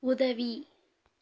உதவி